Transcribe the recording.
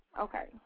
Okay